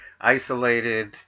isolated